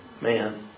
man